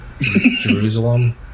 Jerusalem